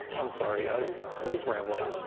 i'm sorry, i was rambling.